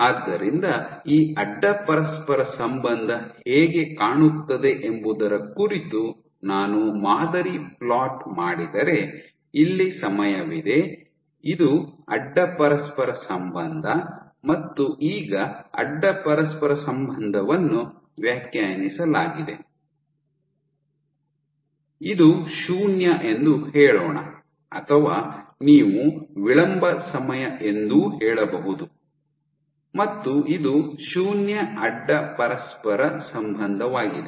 ಆದ್ದರಿಂದ ಈ ಅಡ್ಡ ಪರಸ್ಪರ ಸಂಬಂಧ ಹೇಗೆ ಕಾಣುತ್ತದೆ ಎಂಬುದರ ಕುರಿತು ನಾನು ಮಾದರಿ ಫ್ಲೋಟ್ ಮಾಡಿದರೆ ಇಲ್ಲಿ ಸಮಯವಿದೆ ಇದು ಅಡ್ಡ ಪರಸ್ಪರ ಸಂಬಂಧ ಮತ್ತು ಈಗ ಅಡ್ಡ ಪರಸ್ಪರ ಸಂಬಂಧವನ್ನು ವ್ಯಾಖ್ಯಾನಿಸಲಾಗಿದೆ ಇದು ಶೂನ್ಯ ಎಂದು ಹೇಳೋಣ ಅಥವಾ ನೀವು ವಿಳಂಬ ಸಮಯ ಎಂದೂ ಹೇಳಬಹುದು ಮತ್ತು ಇದು ಶೂನ್ಯ ಅಡ್ಡ ಪರಸ್ಪರ ಸಂಬಂಧವಾಗಿದೆ